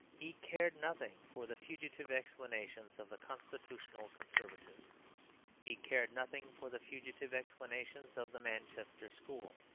he cared nothing for the fugitive explanations of the constitutional conservatives he cared nothing for the fugitive explanations of the manchester school.